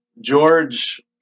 George